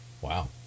Wow